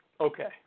Okay